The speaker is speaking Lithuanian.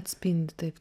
atspindi taip